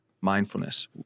mindfulness